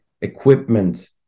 equipment